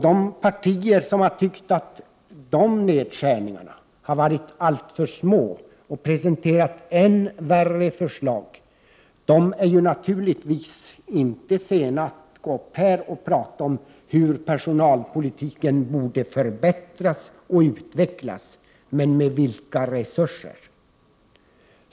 De partier som anser att dessa nedskärningar har varit alltför små och presenterat än värre förslag är naturligtvis inte sena att här tala om hur | personalpolitiken borde förbättras och utvecklas. Men med vilka resurser skall det ske?